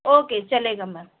okay چلے گا میم